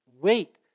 wait